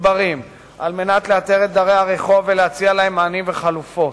מתוגברים על מנת לאתר את דרי הרחוב ולהציע להם מענים וחלופות.